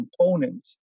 components